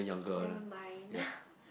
nevermind